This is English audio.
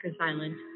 Island